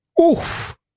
Oof